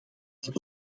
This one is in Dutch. dat